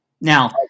Now